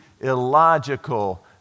illogical